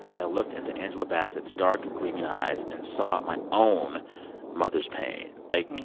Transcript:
i looked into angela bassett's dark, grieving eyes and saw my own mother's pain. like,